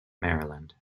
maryland